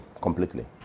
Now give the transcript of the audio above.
completely